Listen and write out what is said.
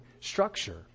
structure